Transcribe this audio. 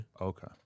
Okay